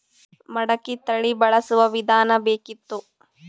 ಮಟಕಿ ತಳಿ ಬಳಸುವ ವಿಧಾನ ಬೇಕಿತ್ತು?